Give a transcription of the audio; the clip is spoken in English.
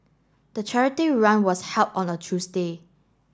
the charity run was held on a Tuesday